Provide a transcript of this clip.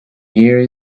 here